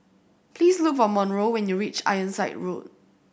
please look for Monroe when you reach Ironside Road